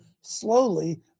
Slowly